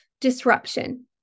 disruption